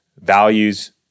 values